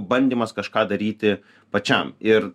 bandymas kažką daryti pačiam ir